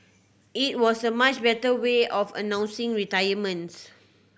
it was a much better way of announcing retirements